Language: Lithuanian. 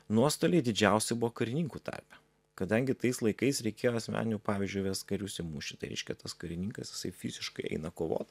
nuostoliai didžiausi buvo karininkų tarpe kadangi tais laikais reikėjo asmeniniu pavyzdžiu vest karius į mūšį tai reiškia tas karininkas jisai fiziškai eina kovot